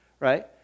right